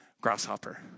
grasshopper